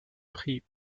prit